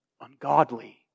ungodly